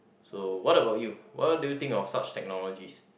so what about you what do you think of such technologies